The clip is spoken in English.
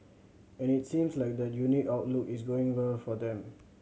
and it seems like that unique outlook is going well for them